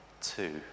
two